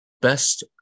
best